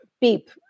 beep